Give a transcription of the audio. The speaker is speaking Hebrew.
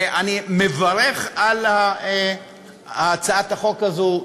אני מברך על הצעת החוק הזאת,